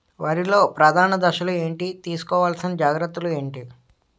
వరిలో ప్రధాన దశలు ఏంటి? తీసుకోవాల్సిన జాగ్రత్తలు ఏంటి?